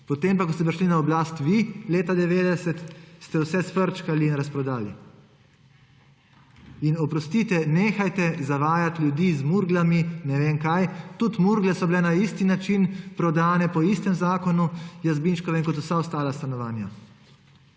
Potem pa, ko ste prišli na oblast vi, leta 1990, ste vse sfrčkali in razprodali. In oprostite, nehajte zavajati ljudi z Murglami – ne vem kaj. Tudi Murgle so bile na isti način prodane, po istem zakonu, Jazbinškovem, kot vsa ostala stanovanja.